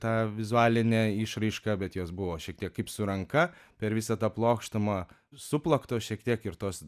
tą vizualinę išraišką bet jos buvo šiek tiek kaip su ranka per visą tą plokštumą suplakto šiek tiek ir tos